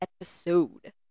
episode